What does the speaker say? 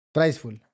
Priceful